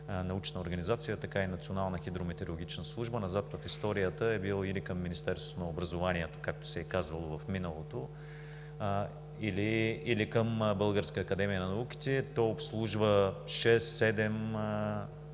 научна организация, така и Национална хидрометеорологична служба. Назад в историята е бил или към Министерството на образованието, както се е казвало в миналото, или към Българската академия на науките. Той обслужва 6,